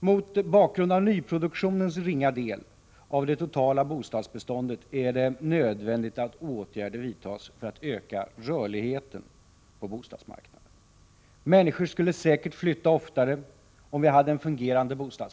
Mot bakgrund av nyproduktionens ringa andel av det totala bostadsbeståndet är det nödvändigt att åtgärder vidtas för att öka rörligheten på bostadsmarknaden. Människor skulle säkert flytta oftare om vi hade en fungerande bostadsmarknad.